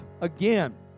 again